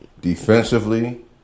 Defensively